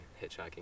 hitchhiking